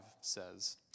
says